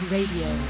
Radio